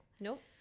Nope